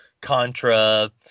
contra